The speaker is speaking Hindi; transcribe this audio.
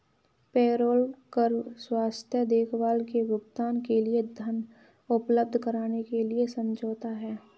पेरोल कर स्वास्थ्य देखभाल के भुगतान के लिए धन उपलब्ध कराने के लिए समझौता है